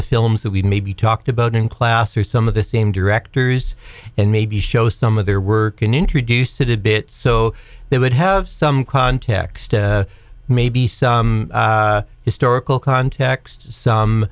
the films that we maybe talked about in class or some of the same directors and maybe show some of their work can introduce to a bit so they would have some context maybe some historical context